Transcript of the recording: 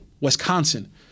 Wisconsin